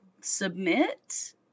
submit